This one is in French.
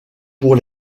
pour